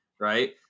right